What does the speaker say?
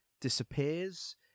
disappears